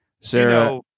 Sarah